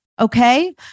okay